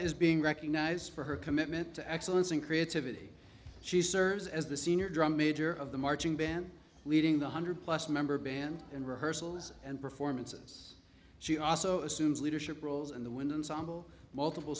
is being recognized for her commitment to excellence and creativity she serves as the senior drum major of the marching band leading the hundred plus member band in rehearsals and performances she also assumes leadership roles in the wind